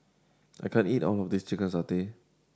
I can't eat all of this chicken satay